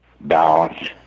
balance